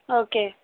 okay